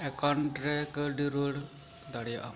ᱮᱠᱟᱣᱩᱱᱴᱨᱮ ᱠᱟᱹᱣᱰᱤ ᱨᱩᱣᱟᱹᱲ ᱫᱟᱲᱮᱭᱟᱜᱼᱟᱢ